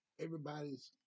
Everybody's